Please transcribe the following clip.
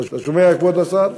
אתה שומע, כבוד השר?